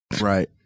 Right